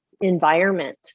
environment